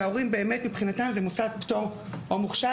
ההורים מבחינתם זה מוסד פטור או מוכשר,